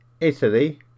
Italy